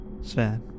Sven